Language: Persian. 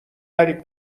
قریب